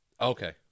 Okay